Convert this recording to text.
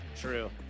True